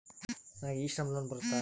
ನನಗೆ e Shram loan ಬರುತ್ತಾ?